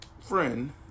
friend